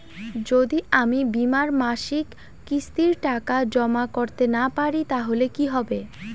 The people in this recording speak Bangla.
যদি আমি বীমার মাসিক কিস্তির টাকা জমা করতে না পারি তাহলে কি হবে?